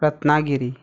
Ratnagiri